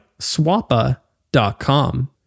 Swappa.com